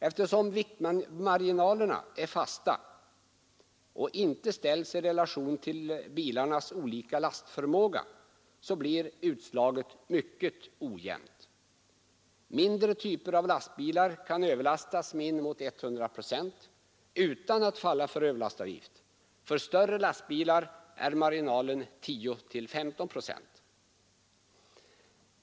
Eftersom viktmarginalerna är fasta och inte ställs i relation till bilarnas olika lastförmåga blir utslaget mycket ojämnt. Mindre typer av lastbilar kan överlastas med in emot 100 procent utan att falla för överlastavgift. För större lastbilar är marginalen 10—15 procent.